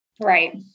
Right